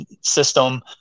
system